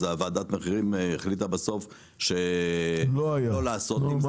ועדת המחירים החליטה בסוף לא לעשות עם זה משהו --- נו,